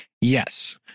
Yes